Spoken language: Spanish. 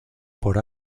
por